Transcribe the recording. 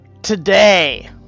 Today